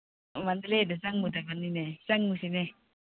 ꯃꯦꯗꯂꯦꯗ ꯆꯪꯉꯨꯒꯗꯕꯅꯤꯅꯦ ꯆꯪꯉꯨꯁꯤꯅꯦ